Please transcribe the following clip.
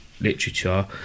literature